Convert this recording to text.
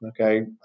Okay